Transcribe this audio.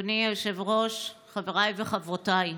אדוני היושב-ראש, חבריי וחברותיי,